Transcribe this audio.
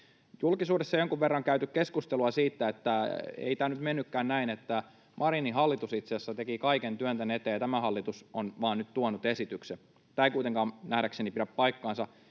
Julkisuudessa on jonkun verran käyty keskustelua siitä, että ei tämä nyt mennytkään näin, että Marinin hallitus itse asiassa teki kaiken työn tämän eteen ja tämä hallitus on nyt vain tuonut esityksen. Tämä ei kuitenkaan nähdäkseni pidä paikkaansa.